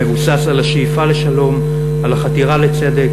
המבוסס על השאיפה לשלום, על החתירה לצדק,